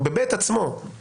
או ב-(ב) עצמו,